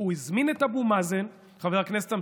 והוא הזמין את אבו מאזן, חבר הכנסת אמסלם,